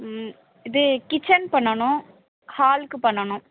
ம் இது கிட்சன் பண்ணணும் ஹாலுக்கு பண்ணணும்